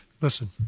listen